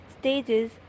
stages